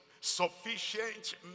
Sufficient